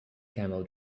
camel